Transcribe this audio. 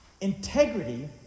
Integrity